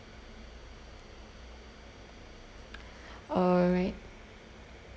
all right